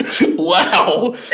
Wow